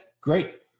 great